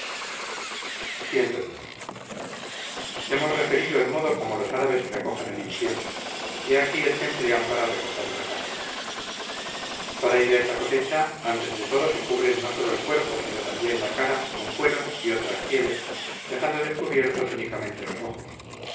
regiones cx hemos referido el modo como los árabes recogen el incienso he aquí el que emplean para recoger la casia para ir a esta cosecha antes de todo se cubren no solo el cuerpo sino también la cara con cueros y otras pieles dejando descubiertos únicamente los ojos